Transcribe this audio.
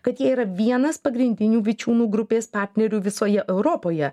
kad jie yra vienas pagrindinių vičiūnų grupės partnerių visoje europoje